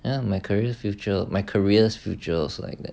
ya my careers future my careers future also like that